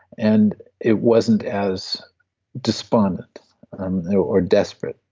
and it wasn't as despondent or desperate.